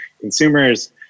consumers